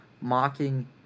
mocking